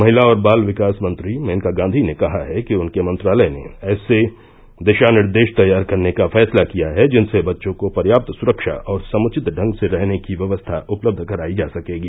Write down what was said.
महिला और बाल विकास मंत्री मेनका गांधी ने कहा है कि उनके मंत्रालय ने ऐसे दिशा निर्देश तैयार करने का फैसला किया है जिनसे बच्चों को पर्याप्त सुरक्षा और समुचित ढंग से रहने की व्यवस्था उपलब्ध कराई ला सकेगी